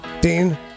Dean